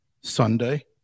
Sunday